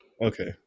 Okay